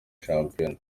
shampiyona